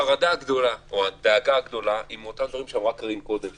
החרדה הגדולה או הדאגה הגדולה היא מאותם דברים שאמרה קארין קודם,